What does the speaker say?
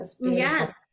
Yes